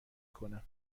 کنم